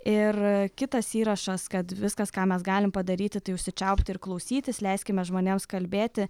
ir kitas įrašas kad viskas ką mes galim padaryti tai užsičiaupti ir klausytis leiskime žmonėms kalbėti